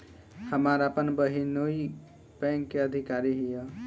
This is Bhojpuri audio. हमार आपन बहिनीई बैक में अधिकारी हिअ